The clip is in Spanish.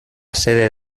sede